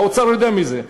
והאוצר יודע את זה,